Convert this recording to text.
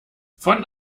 von